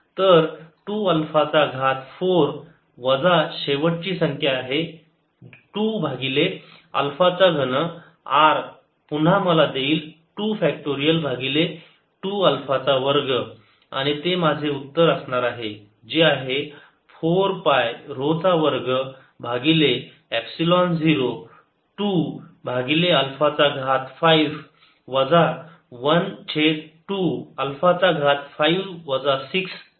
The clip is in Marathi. तर 2 अल्फा चा घात 4 वजा शेवटची संख्या आहे 2 भागिले अल्फा चा घन r पुन्हा मला देईल 2 फॅक्टरियल भागिले 2 अल्फा चा वर्ग आणि ते माझे उत्तर असणार आहे जे आहे 4 पाय ऱ्हो चा वर्ग भागिले एपसिलोन 0 2 भागिले अल्फा चा घात 5 वजा 1 छेद 2 अल्फा चा घात 5 वजा 6 भागिले 16